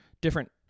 different